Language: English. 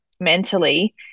mentally